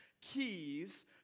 keys